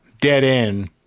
dead-end